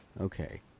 Okay